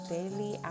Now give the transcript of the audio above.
daily